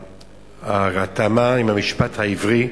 ההתאמה עם המשפט העברי.